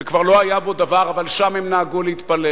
שכבר לא היה בו דבר, אבל שם הם נהגו להתפלל.